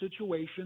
situation